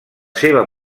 seva